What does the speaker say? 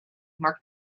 mark